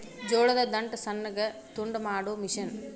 ಜೋಳದ ದಂಟ ಸಣ್ಣಗ ತುಂಡ ಮಾಡು ಮಿಷನ್